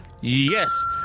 Yes